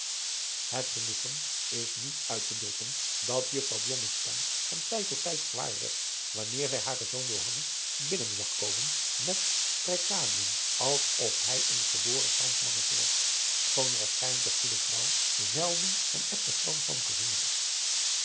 het genoegen is niet uit te drukken dat juffrouw blommesteyn van tijd tot tijd gewaar werd wanneer zij haren zoon johannes binnen zag komen met strijkadien als of hij een geboren franschmannetje was schoon waarschijnlijk de goede vrouw zelden een echten franschman gezien had